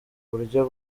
buryo